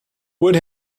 would